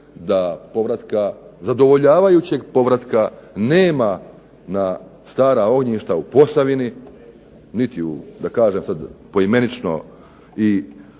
da povratka, zadovoljavajućeg povratka nema na stara ognjišta u Posavini, niti u da kažem sad poimenično i u